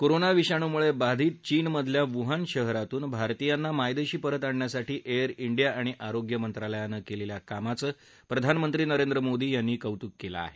corona विषाणूमुळे बाधित चीन मधल्या वुहान शहरातून भारतीयांना मायदेशी आणण्यासाठी एअर डिया आणि आरोग्य मंत्रालयानं केलेल्या कामाचं प्रधानमंत्री नरेंद्र मोदी यांनी कौतुक केलं आहे